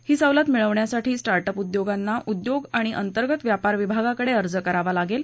ही सवलत मिळवण्यासाठी स्टार्टअप उद्योगांना उद्योग आणि अंतर्गत व्यापार विभागाकडे अर्ज करावा लागेल